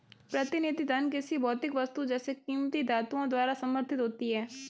प्रतिनिधि धन किसी भौतिक वस्तु जैसे कीमती धातुओं द्वारा समर्थित होती है